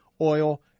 Oil